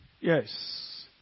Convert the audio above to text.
Yes